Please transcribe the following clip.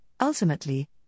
Ultimately